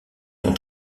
son